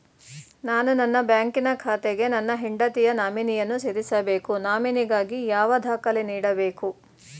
ನಾನು ನನ್ನ ಬ್ಯಾಂಕಿನ ಖಾತೆಗೆ ನನ್ನ ಹೆಂಡತಿಯ ನಾಮಿನಿಯನ್ನು ಸೇರಿಸಬೇಕು ನಾಮಿನಿಗಾಗಿ ಯಾವ ದಾಖಲೆ ನೀಡಬೇಕು?